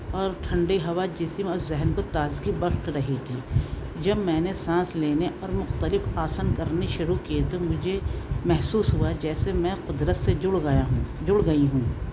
اور ٹھنڈی ہوا جسم اور ذہن کو تازگی بخش رہی تھی جب میں نے سانس لینے اور مختلف آسن کرنے شروع کیے تو مجھے محسوس ہوا جیسے میں قدرت سے جڑ گیا ہوں جڑ گئی ہوں